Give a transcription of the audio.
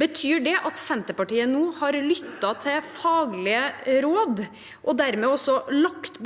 Betyr det at Senterpartiet nå har lyttet til faglige råd og dermed også lagt bort